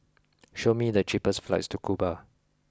show me the cheapest flights to Cuba